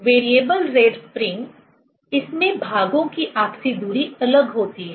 variable rate spring इसमें भागों की आपसी दूरी अलग होती है